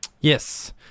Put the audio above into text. Yes